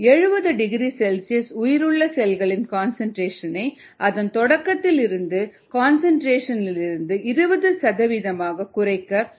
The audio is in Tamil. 70 டிகிரி செல்சியஸில் உயிருள்ள செல்களின் கன்சன்ட்ரேஷன் ஐ அதன் தொடக்கத்தில் இருந்த கன்சன்ட்ரேஷன் இலிருந்து 20 சதவீதமாகக் குறைக்க 5 நிமிடங்கள் தேவைப்படும்